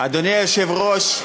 אדוני היושב-ראש,